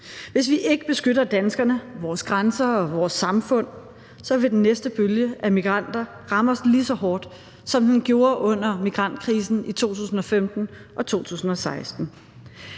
Hvis vi ikke beskytter danskerne, vores grænser og vores samfund, vil den næste bølge af migranter ramme os lige så hårdt, som den gjorde under migrantkrisen i 2015 og 2016.